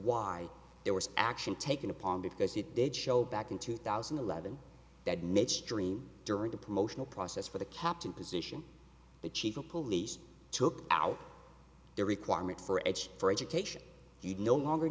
why there was action taken upon because it did show back in two thousand and eleven that midstream during the promotional process for the captain position the chief of police took out the requirement for edge for education he would no longer